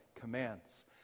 commands